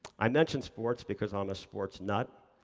i mentioned sports because i'm a sports nut,